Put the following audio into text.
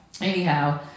anyhow